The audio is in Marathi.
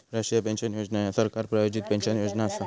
राष्ट्रीय पेन्शन योजना ह्या सरकार प्रायोजित पेन्शन योजना असा